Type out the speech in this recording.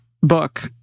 book